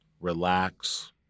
relax